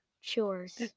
chores